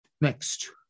next